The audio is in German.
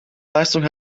leistung